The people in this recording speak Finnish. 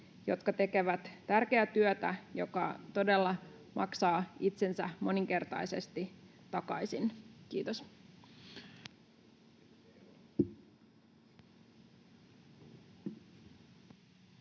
jotka tekevät tärkeää työtä, joka todella maksaa itsensä moninkertaisesti takaisin. — Kiitos.